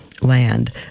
land